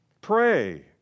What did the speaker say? Pray